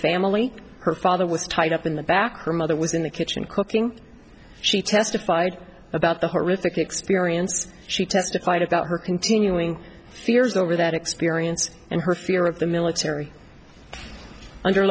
family her father was tied up in the back her mother was in the kitchen cooking she testified about the horrific experience she testified about her continuing fears over that experience and her fear of the military under